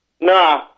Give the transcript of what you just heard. Nah